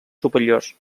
superiors